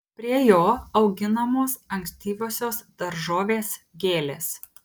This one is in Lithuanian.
prie jo auginamos ankstyvosios daržovės gėlės